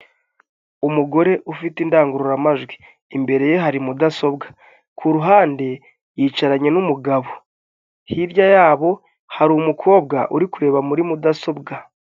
Umugore ufite indangururamajwi imbere ye hari mudasobwa ku ruhande yicaranye n'umugabo hirya yabo hari umukobwa uri kureba muri mudasobwa.